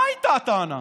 מה הייתה הטענה?